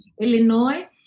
Illinois